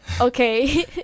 Okay